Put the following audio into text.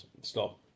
stop